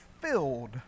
filled